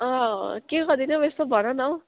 अँ के गरिदिनु हौ यसो भन न